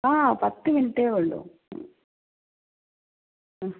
ആ പത്തു മിനിറ്റെ ഉള്ളൂ മ്